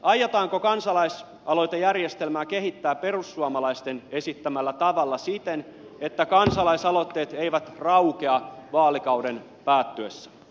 aiotaanko kansalais aloitejärjestelmää kehittää perussuomalaisten esittämällä tavalla siten että kansalaisaloitteet eivät raukea vaalikauden päättyessä